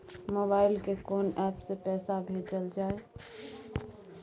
Mobile के कोन app से पैसा भेजल जाए?